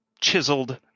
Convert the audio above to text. chiseled